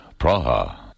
Praha